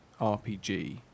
RPG